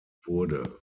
wurde